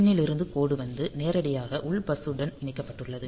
பின் னிருந்து கோடு வந்து நேரடியாக உள் பஸ்ஸுடன் இணைக்கப்பட்டுள்ளது